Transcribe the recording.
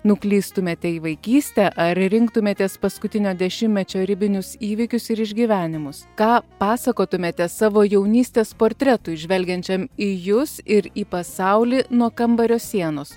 nuklystumėte į vaikystę ar rinktumėtės paskutinio dešimtmečio ribinius įvykius ir išgyvenimus ką pasakotumėte savo jaunystės portretui žvelgiančiam į jus ir į pasaulį nuo kambario sienos